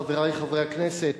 חברי חברי הכנסת,